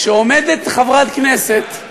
כשעומדת חברת כנסת,